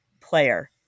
player